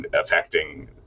affecting